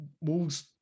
Wolves